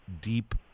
deep